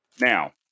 Now